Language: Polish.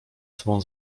sobą